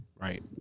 Right